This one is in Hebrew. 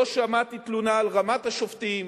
לא שמעתי תלונה על רמת השופטים,